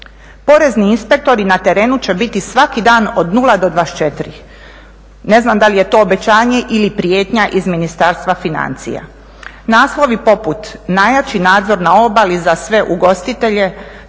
Porezni inspektori na terenu će bit svaki dan od 0 do 24. Ne znam da li je to obećanje ili prijetnja iz Ministarstva financija. Naslovi poput "Najjači nadzor na obali za sve ugostitelje,